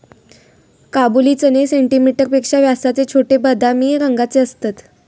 काबुली चणे सेंटीमीटर पेक्षा पण व्यासाचे छोटे, बदामी रंगाचे असतत